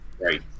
right